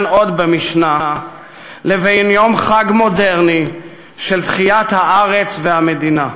עוד במשנה ויום חג מודרני של תחיית הארץ והמדינה.